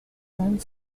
and